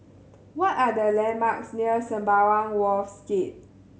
what are the landmarks near Sembawang Wharves Gate